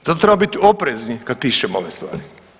Zato trebamo biti oprezni kad pišemo ove stvari.